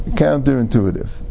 counterintuitive